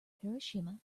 hiroshima